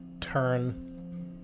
turn